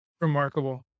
Remarkable